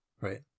Right